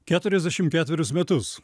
keturiasdešim ketverius metus